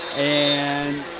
and